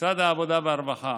משרד העבודה והרווחה